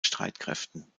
streitkräften